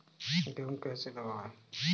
गेहूँ कैसे लगाएँ?